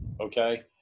Okay